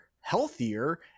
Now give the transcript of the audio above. healthier